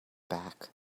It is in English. back